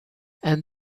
and